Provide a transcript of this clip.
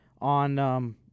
on